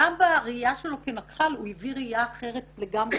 גם בראייה שלו כנקח"ל הוא הביא ראייה שונה לצבא.